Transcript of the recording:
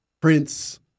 Prince